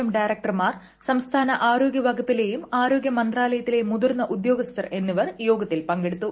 M ഡയറക്ടർമാർ സംസ്ഥാന ആരോഗ്യ്ഷ്കുപ്പിലെയും ആരോഗ്യമന്ത്രാലയ ത്തിലെയും മുതിർന്ന ആദ്യോഗസ്ഥർ എന്നിവർ യോഗത്തിൽ പങ്കെടുത്തു